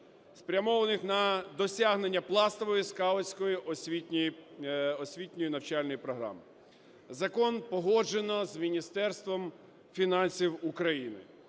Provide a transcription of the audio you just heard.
спрямованих на досягнення пластової (скаутської) освітньої навчальної програми. Закон погоджено з Міністерством фінансів України.